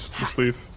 half-life